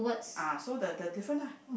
ah so the the different ah